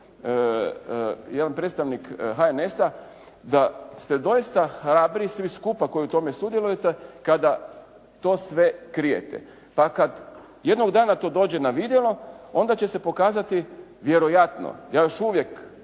jedan predstavnik HNS-a da ste doista hrabri svi skupa koji u tome sudjelujete kada to sve krijete pa kad jednog dana to dođe na vidjelo, onda će se pokazati vjerojatno. Ja još uvijek